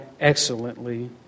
excellently